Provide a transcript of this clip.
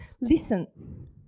Listen